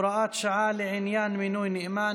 (הוראת שעה לעניין מינוי נאמן),